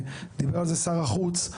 דיבר על זה שר החוץ,